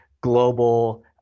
global